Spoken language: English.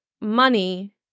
money